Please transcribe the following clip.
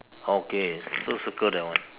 okay so circle that one